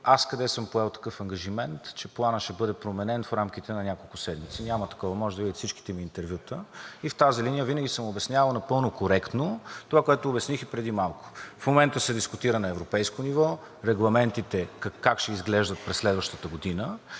аз къде съм поел такъв ангажимент, че Планът ще бъде променен в рамките на няколко седмици? Няма такова! Можете да видите всичките ми интервюта и в тази линия винаги съм обяснявал напълно коректно това, което обясних и преди малко. В момента се дискутира на европейско ниво как ще изглеждат регламентите през следващата година.